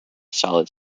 solid